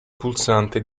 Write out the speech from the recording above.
pulsante